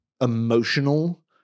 emotional